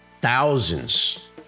Thousands